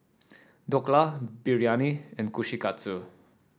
Dhokla Biryani and Kushikatsu